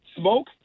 smoke